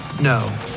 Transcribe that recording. No